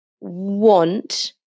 want